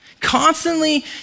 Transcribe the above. Constantly